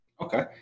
Okay